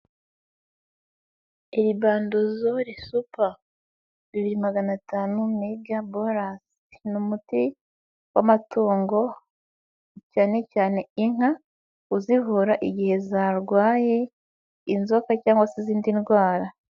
Iribandozore supa bibiri magana atanu mega borasi ni umuti w'amatungo cyane cyane inka uzivura igihe zarwaye inzoka cyangwa se izindi ndwara.